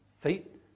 feet